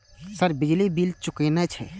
Sir बिजली bill चूकेना छे?